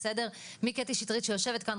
מקטי שטרית שיושבת כאן,